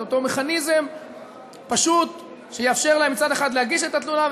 את אותו מכניזם פשוט שיאפשר להם מצד אחד להגיש את התלונה,